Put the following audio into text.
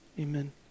Amen